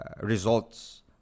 results